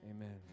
Amen